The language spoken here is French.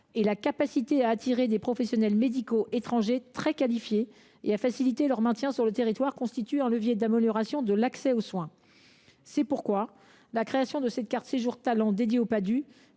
et la capacité à attirer des professionnels médicaux étrangers très qualifiés et à faciliter leur maintien sur le territoire constitue un levier d’amélioration de l’accès aux soins. C’est pourquoi la création de cette carte de séjour talent dédiée aux